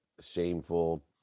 shameful